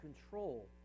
control